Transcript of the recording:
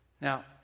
Now